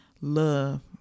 love